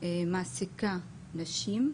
מעסיקה נשים,